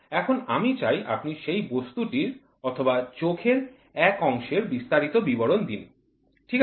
এখন আমি চাই আপনি সেই বস্তুটির অথবা চোখের এক অংশের বিস্তারিত বিবরণ দিন ঠিক আছে